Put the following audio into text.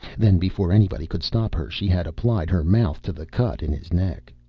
then, before anybody could stop her she had applied her mouth to the cut in his neck.